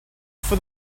for